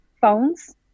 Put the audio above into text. phones